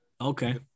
Okay